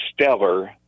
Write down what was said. stellar